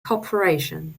corporation